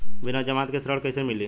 बिना जमानत के ऋण कैसे मिली?